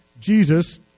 Jesus